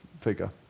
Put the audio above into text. figure